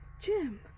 Jim